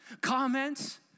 Comments